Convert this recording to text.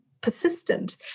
persistent